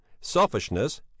selfishness